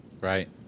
Right